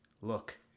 look